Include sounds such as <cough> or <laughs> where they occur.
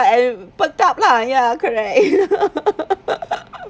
and perked up lah ya correct <laughs>